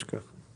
תודה רבה.